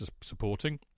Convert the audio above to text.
supporting